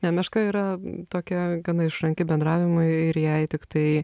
ne meška yra tokia gana išranki bendravimui ir jai tiktai